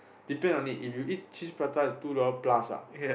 depend on it if you eat cheese prata it's two dollar plus ah